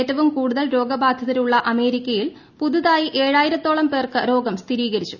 ഏറ്റവും കൂടുതൽ രോഗബാധിതർ ഉള്ള അമേരിക്കയിൽ പുതുതായി ഏഴായിരത്തോളം പേർക്ക് രോഗം സ്ഥിരീകരിച്ചു